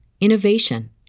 innovation